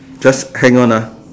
just hang on ah